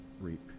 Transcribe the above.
reap